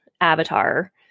avatar